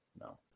No